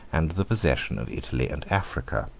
and the possession of italy and africa.